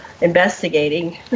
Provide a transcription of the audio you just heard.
investigating